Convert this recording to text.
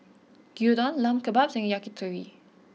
Gyudon Lamb Kebabs and Yakitori